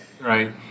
Right